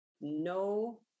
no